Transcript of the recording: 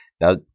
Now